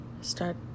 start